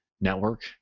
network